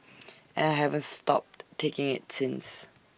and I haven't stopped taking IT since